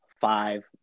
five